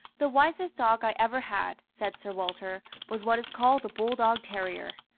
the wisest dog i ever had, said sir walter, was what is called the bulldog terrier.